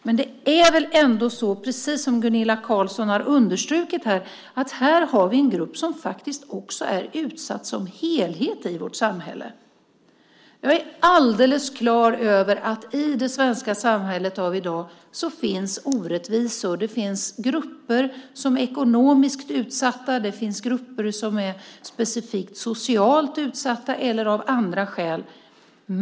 Men det är väl ändå så, precis som Gunilla Carlsson har understrukit, att vi här har en grupp som faktiskt som helhet också är utsatt i vårt samhälle. Jag är alldeles på det klara med att det i det svenska samhället av i dag finns orättvisor. Det finns grupper som är ekonomiskt utsatta. Det finns grupper som är specifikt socialt utsatta eller utsatta av andra skäl.